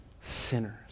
sinners